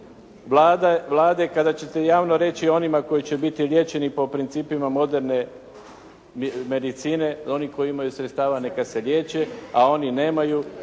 Vlade kada ćete javno reći onima koji će biti liječeni po principima moderne medicine, oni koji imaju sredstava neka se liječe, a oni nemaju,